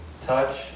Touch